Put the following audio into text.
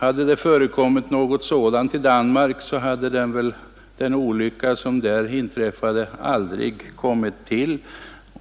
Om det förekommit något sådant i Danmark hade väl den olycka som där inträffade aldrig hänt.